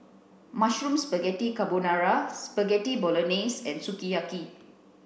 Mushroom Spaghetti Carbonara Spaghetti Bolognese and Sukiyaki